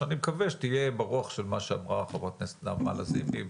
שאני מקווה שתהיה ברוח של מה שאמרה ח"כ נעמה לזימי.